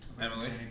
Emily